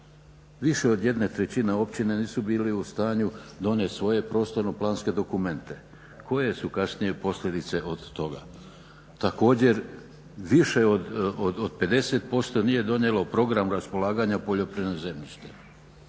Više od jedne trećine općine nisu bile u stanju donijeti svoje prostorno planske dokumente koje su kasnije posljedice od toga. Također više od 50% nije donijelo program raspolaganja poljoprivrednim zemljištem